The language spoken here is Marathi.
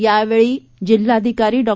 यावेळी जिल्हाधिकारी डॉ